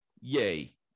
Yay